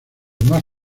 más